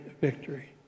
victory